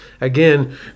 again